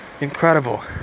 incredible